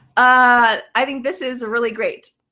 ah i think this is really great.